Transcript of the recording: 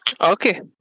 Okay